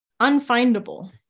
Unfindable